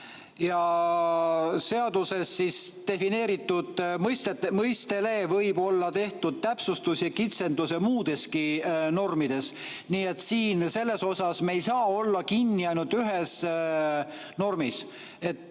Seaduses defineeritud mõistele võib olla tehtud täpsustusi‑kitsendusi muudeski normides. Nii et selles osas me ei saa olla kinni ainult ühes normis.